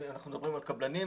אנחנו מדברים על קבלנים,